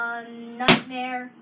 nightmare